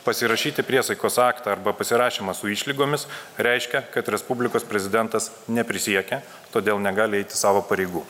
pasirašyti priesaikos aktą arba pasirašymą su išlygomis reiškia kad respublikos prezidentas neprisiekė todėl negali eiti savo pareigų